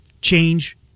change